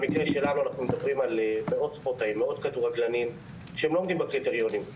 במקרה שלנו מדובר במאות כדורגלנים שלא עומדים בקריטריונים,